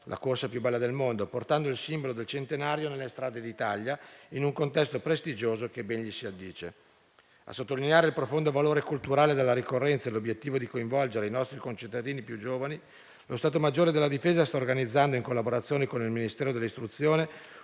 la corsa più bella del mondo, portando il simbolo del centenario nelle strade d'Italia, in un contesto prestigioso che ben gli si addice. A sottolineare il profondo valore culturale della ricorrenza e l'obiettivo di coinvolgere i nostri concittadini più giovani, lo Stato maggiore della difesa sta organizzando, in collaborazione con il Ministero dell'istruzione,